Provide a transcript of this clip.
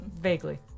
Vaguely